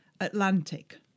Atlantic